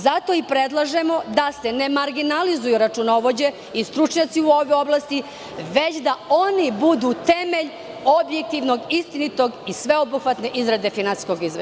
Zato predlažemo da se ne marginalizuju računovođe i stručnjaci u ovoj oblasti, već da oni budu temelj objektivne, istinite i sveobuhvatne izrade finansijskog izveštaja.